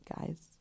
guys